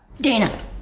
Dana